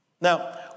Now